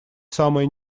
самое